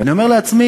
ואני אומר לעצמי: